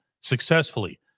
successfully